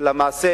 למעשה